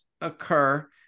occur